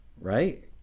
right